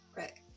right